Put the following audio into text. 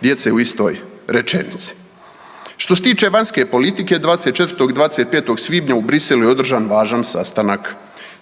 djece u istoj rečenici. Što se tiče vanjske politike, 24. i 25. svibnja u Bruxellesu je održan važan sastanak.